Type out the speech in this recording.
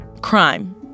Crime